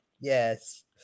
yes